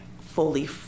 fully